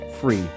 free